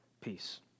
Peace